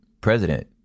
president